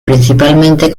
principalmente